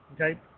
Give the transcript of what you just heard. okay